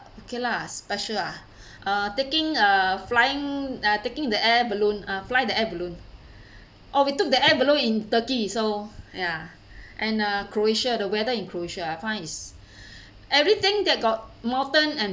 okay lah special ah uh taking a flying uh taking the air balloon uh fly the air balloon or we took the air balloon in turkey so ya and uh croatia the weather in croatia I find is everything there got mountain and